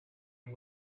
and